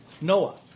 Noah